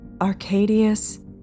Arcadius